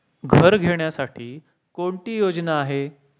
घर घेण्यासाठी कोणती योजना आहे?